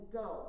go